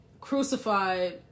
crucified